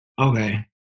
okay